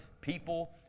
people